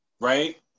right